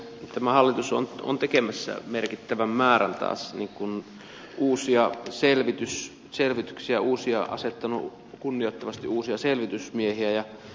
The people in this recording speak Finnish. tämä hallitus on tekemässä taas merkittävän määrän uusia selvityksiä on asettanut kunnioitettavan määrän uusia selvitysmiehiä